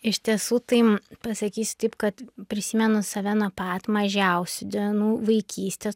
iš tiesų tai pasakysiu taip kad prisimenu save nuo pat mažiausių dienų vaikystės